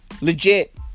Legit